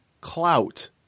clout